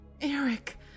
Eric